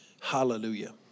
Hallelujah